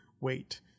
wait